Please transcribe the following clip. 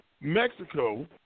Mexico